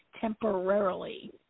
temporarily